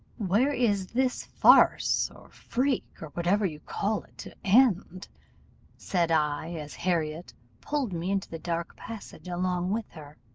where is this farce, or freak, or whatever you call it, to end said i, as harriot pulled me into the dark passage along with her.